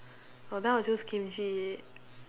orh then I'll choose kimchi